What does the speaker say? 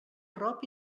arrop